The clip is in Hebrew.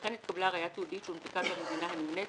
וכן נתקבלה ראיה תיעודית שהונפקה במדינה הנמנית